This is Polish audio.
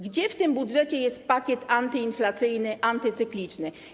Gdzie w tym budżecie jest pakiet antyinflacyjny, antycykliczny?